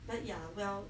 but ya well